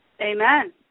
Amen